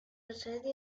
asedio